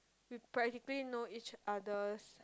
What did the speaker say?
we practically know each other's